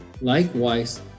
likewise